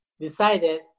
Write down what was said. decided